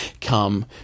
come